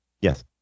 Yes